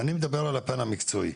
אני מדבר על הפן המקצועי.